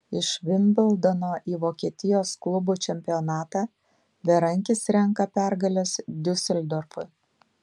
iš vimbldono į vokietijos klubų čempionatą berankis renka pergales diuseldorfui